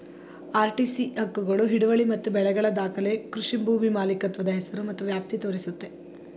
RTC ಹಕ್ಕುಗಳು ಹಿಡುವಳಿ ಮತ್ತು ಬೆಳೆಗಳ ದಾಖಲೆ ಕೃಷಿ ಭೂಮಿ ಮಾಲೀಕತ್ವದ ಹೆಸರು ಮತ್ತು ವ್ಯಾಪ್ತಿ ತೋರಿಸುತ್ತೆ